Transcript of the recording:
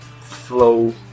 flow